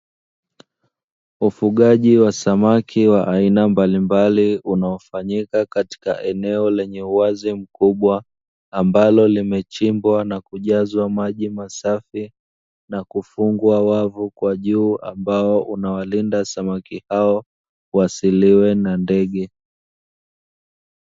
Wafugaji wa samaki wa aina mbalimbali unaofanyika katika eneo lenye uwazi mkubwa, ambalo limechimbwa na kujazwa maji masafi na kufungwa wavu kwa juu, ambao unawalinda samaki hao wasiliwe na ndege.